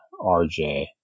RJ